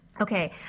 Okay